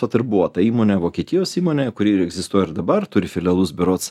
vat ir buvo ta įmonė vokietijos įmonė kuri ir egzistuoja ir dabar turi filialus berods